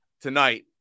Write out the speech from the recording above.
Tonight